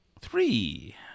Three